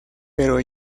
pero